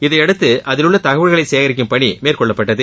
இதையடுத்து அதிலுள்ள தகவல்களை சேகரிக்கும் பணி மேற்கொள்ளப்பட்டது